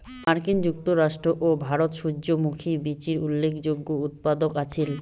মার্কিন যুক্তরাষ্ট্র ও ভারত সূর্যমুখী বীচির উল্লেখযোগ্য উৎপাদক আছিল